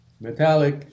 metallic